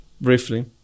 briefly